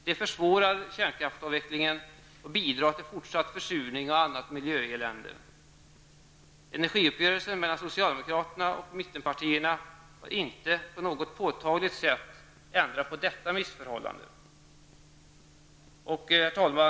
Det försvårar kärnkraftsavvecklingen och bidrar till fortsatt försurning och annat miljöelände. Energiuppgörelsen mellan socialdemokraterna och mittenpartierna har inte på något påtagligt sätt ändrat detta missförhållande. Herr talman!